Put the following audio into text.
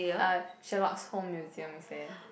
uh Sherlock Holmes Museum is there